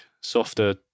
softer